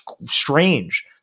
strange